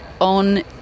on